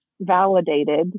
validated